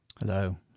Hello